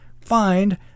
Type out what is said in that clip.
find